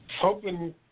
hoping